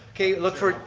okay, look for,